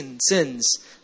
sins